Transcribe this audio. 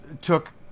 took